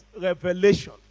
revelation